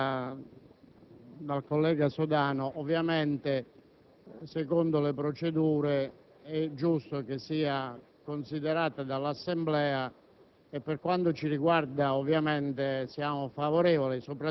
è evidente che ci troviamo in un momento dove dire che c'è qualche equivoco è il meno che si possa fare. La richiesta di sospensione dei lavori formulata